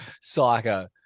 psycho